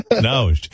No